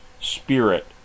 spirit